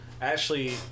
Ashley